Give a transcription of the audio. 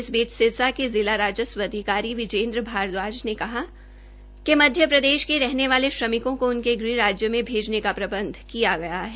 इस बीच सिरसा के जिला राज्स्व अधिकारी विजेन्द्र भारद्वाज ने कहा कि मध्य प्रदेश के रहने वाले श्रमिकों को उनके गृह राज्य में भेजने का प्रबंध किया गया है